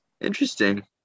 Interesting